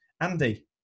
Andy